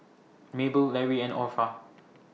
Mabel Larry and Orpha